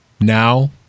now